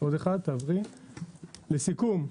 לסיכום,